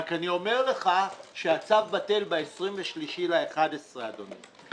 רק אני אומר לך שהצו בטל ב-23 בנובמבר, אדוני.